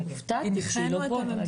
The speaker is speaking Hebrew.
הופתעתי שהיא לא פה.